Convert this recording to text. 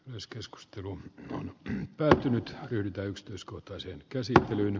myös keskustelu on päätynyt yltä yksityiskohtaisia käsin